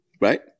right